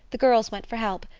the girls went for help.